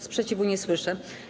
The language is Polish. Sprzeciwu nie słyszę.